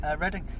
Reading